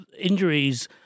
injuries